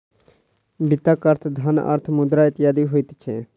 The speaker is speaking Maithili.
वित्तक अर्थ धन, अर्थ, मुद्रा इत्यादि होइत छै